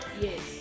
Yes